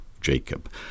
Jacob